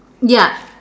ya